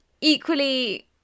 equally